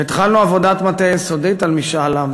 והתחלנו עבודת מטה יסודית על משאל עם.